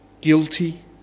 guilty